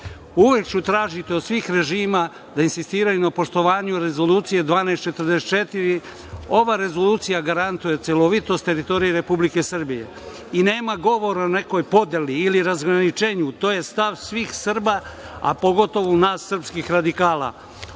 Uvek ću tražiti od svih režima da insistiraju na poštovanju Rezolucije 1244. Ova Rezolucija garantuje celovitost teritorije Republike Srbije i nema govora o nekoj podeli ili razgraničenju. To je stav svih Srba, a pogotovo srpskih radikala. Ovo